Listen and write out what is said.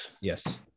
Yes